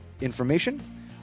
information